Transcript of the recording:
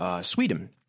Sweden